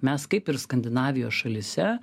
mes kaip ir skandinavijos šalyse